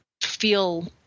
feel